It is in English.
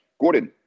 Gordon